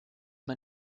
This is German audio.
man